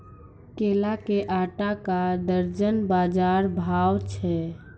केला के आटा का दर्जन बाजार भाव छ?